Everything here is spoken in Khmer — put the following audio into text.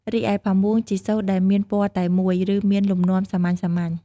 រីឯ ផាមួង ជាសូត្រដែលមានពណ៌តែមួយ ឬមានលំនាំសាមញ្ញៗ។